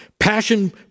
Passion